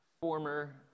former